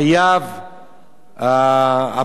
הפיקוח חייב לתת את דעתו עליו.